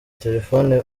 telefone